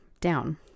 down